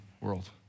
world